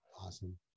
Awesome